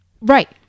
Right